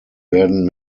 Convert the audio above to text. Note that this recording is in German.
werden